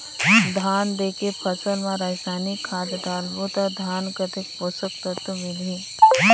धान देंके फसल मा रसायनिक खाद डालबो ता धान कतेक पोषक तत्व मिलही?